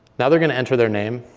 now they're going to enter their name,